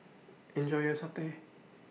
Enjoy your Satay